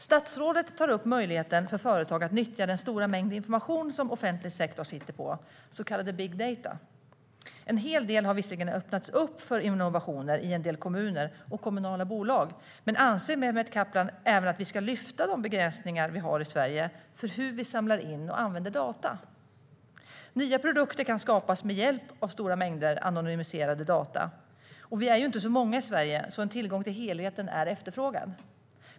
Statsrådet tar upp möjligheten för företag att nyttja den stora mängd information som offentlig sektor sitter på, så kallade big data. En hel del har visserligen öppnats upp för innovationer i en del kommuner och kommunala bolag, men anser Mehmet Kaplan även att vi ska lyfta de begränsningar vi har i Sverige för hur vi samlar in och använder data? Nya produkter kan skapas med hjälp av stora mängder anonymiserade data. Vi är ju inte så många i Sverige så en tillgång till helheten är efterfrågad.